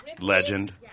Legend